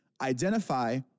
Identify